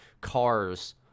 cars